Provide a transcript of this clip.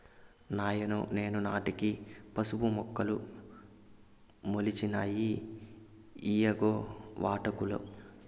నాయనో నేను నాటిన పసుపు మొక్కలు మొలిచినాయి ఇయ్యిగో వాటాకులు